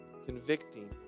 convicting